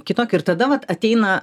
kitokį ir tada vat ateina